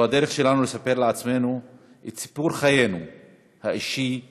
זאת הדרך שלנו לספר לעצמנו את סיפור חיינו האישי והלאומי.